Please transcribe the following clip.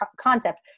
concept